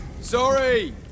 Sorry